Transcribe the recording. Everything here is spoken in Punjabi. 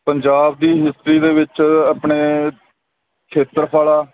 ਪੰਜਾਬ ਦੀ ਹਿਸਟਰੀ ਦੇ ਵਿੱਚ ਆਪਣੇ ਖੇਤਰਫਲ